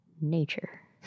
Nature